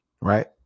Right